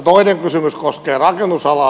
toinen kysymys koskee rakennusalaa